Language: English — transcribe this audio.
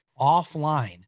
offline